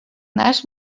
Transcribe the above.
nasz